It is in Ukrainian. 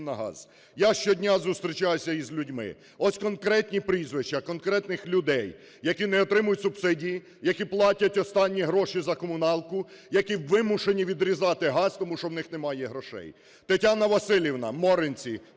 на газ. Я щодня зустрічаюся із людьми. Ось конкретні прізвища конкретних людей, які не отримують субсидії, які платять останні гроші за комуналку, які вимушені відрізати газ, тому що в них немає грошей. Тетяна Василівна, Моринці,